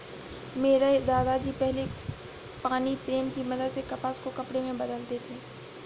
मेरे दादा जी पहले पानी प्रेम की मदद से कपास को कपड़े में बदलते थे